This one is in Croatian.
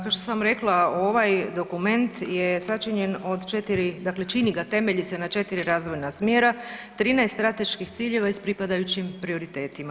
Kao što sam rekla, ovaj dokument je sačinjen od 4, dakle čini ga, temelji se na 4 razvojna smjera, 13 strateških ciljeva i s pripadajućim prioritetima.